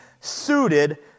suited